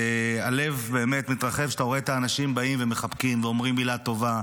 והלב באמת מתרחב כשאתה רואה את האנשים באים ומחבקים ואומרים מילה טובה,